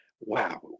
Wow